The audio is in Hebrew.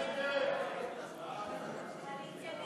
הצעת